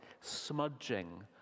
smudging